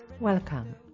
Welcome